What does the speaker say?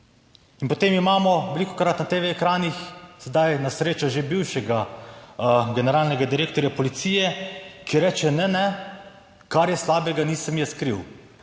in potem imamo velikokrat na TV ekranih, sedaj na srečo že bivšega generalnega direktorja policije, ki reče, ne, ne, kar je slabega nisem jaz kriv,